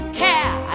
care